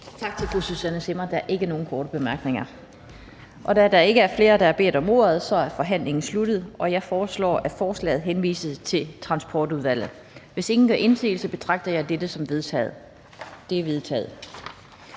Tak til fru Susanne Zimmer. Der er ikke nogen korte bemærkninger. Da der ikke er flere, der har bedt om ordet, er forhandlingen sluttet. Jeg foreslår, at forslaget henvises til Transportudvalget. Hvis ingen gør indsigelse, betragter jeg dette som vedtaget. Det er vedtaget.